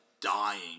dying